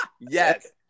Yes